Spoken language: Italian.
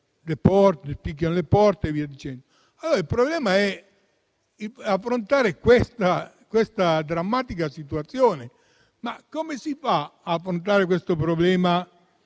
picchia le porte e via dicendo. Il problema è affrontare questa drammatica situazione. Come si fa ad affrontare il problema